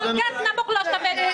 כל כך נמוך לא שווה התייחסות.